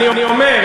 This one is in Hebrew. אני אומר,